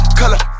color